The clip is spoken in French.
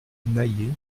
naillet